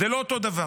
זה לא אותו דבר.